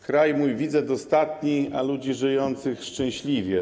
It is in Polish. Kraj mój widzę dostatni, a ludzi - żyjących szczęśliwie.